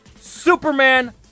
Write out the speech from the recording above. Superman